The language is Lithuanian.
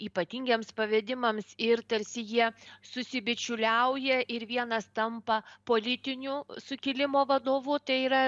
ypatingiems pavedimams ir tarsi jie susibičiuliauja ir vienas tampa politiniu sukilimo vadovu tai yra